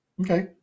Okay